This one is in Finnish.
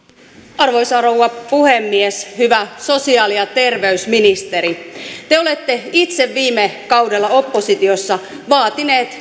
arvoisa rouva puhemies hyvä sosiaali ja terveysministeri te olette itse viime kaudella oppositiossa vaatinut